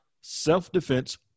self-defense